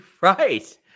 right